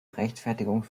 rechtfertigung